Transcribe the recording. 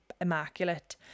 immaculate